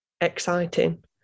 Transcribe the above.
exciting